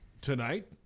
tonight